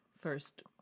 first